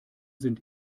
sind